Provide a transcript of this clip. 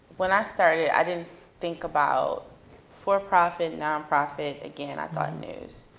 when i started, i didn't think about for profit, nonprofit. again, i thought news.